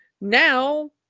now